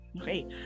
Okay